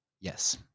Yes